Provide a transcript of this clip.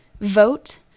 Vote